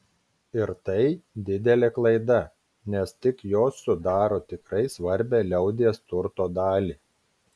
ir tai didelė klaida nes tik jos sudaro tikrai svarbią liaudies turto dalį